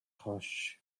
хойш